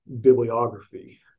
bibliography